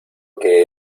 que